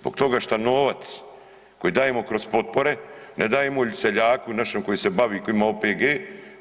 Zbog toga šta novac koji dajemo kroz potpore ne dajemo seljaku našem koji se bavi, koji ima OPG,